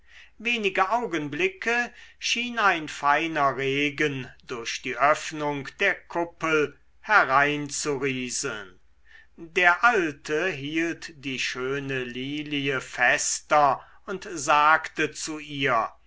wenige augenblicke schien ein feiner regen durch die öffnung der kuppel hereinzurieseln der alte hielt die schöne lilie fester und sagte zu ihr